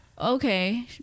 okay